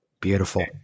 Beautiful